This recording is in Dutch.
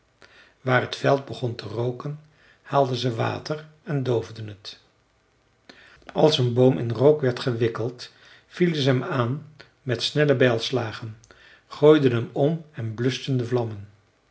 waar het veld begon te rooken haalden ze water en doofden het als een boom in rook werd gewikkeld vielen ze hem aan met snelle bijlslagen gooiden hem om en bluschten de vlammen